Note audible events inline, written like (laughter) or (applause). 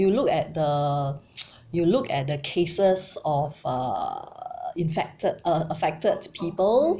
you look at the (noise) you look at the cases of uh infected uh affected people